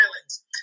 Islands